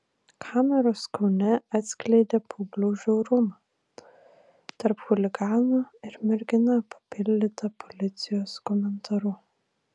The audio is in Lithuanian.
kameros kaune atskleidė paauglių žiaurumą tarp chuliganų ir mergina papildyta policijos komentaru